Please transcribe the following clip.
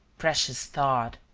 precious thought!